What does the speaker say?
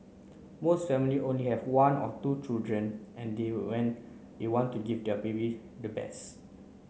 most family only have one or two children and they when they want to give their baby the best